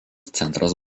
centras